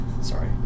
Sorry